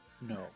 No